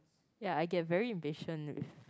ya I get very impatient with